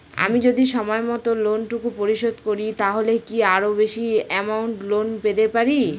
আমি যদি সময় মত লোন টুকু পরিশোধ করি তাহলে কি আরো বেশি আমৌন্ট লোন পেতে পাড়ি?